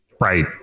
Right